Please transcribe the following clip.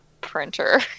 printer